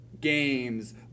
games